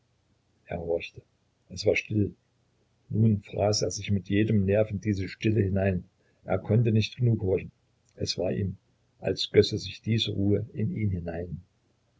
er horchte es war still nun fraß er sich mit jedem nerv in diese stille hinein er konnte nicht genug horchen es war ihm als gösse sich diese ruhe in ihn hinein